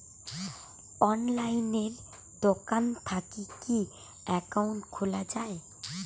অনলাইনে দোকান থাকি কি একাউন্ট খুলা যায়?